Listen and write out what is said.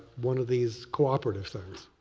one of these cooperative things.